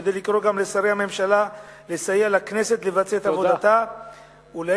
כדי לקרוא גם לשרי הממשלה לסייע לכנסת לבצע את עבודתה ולהאיץ